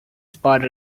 spoiled